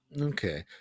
okay